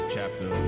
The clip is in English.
chapter